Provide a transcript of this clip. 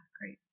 great